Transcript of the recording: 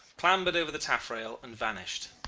clambered over the taffrail, and vanished.